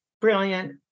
Brilliant